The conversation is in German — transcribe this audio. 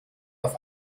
auf